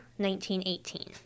1918